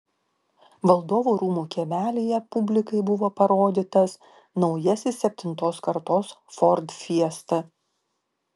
valdovų rūmų kiemelyje publikai buvo parodytas naujasis septintos kartos ford fiesta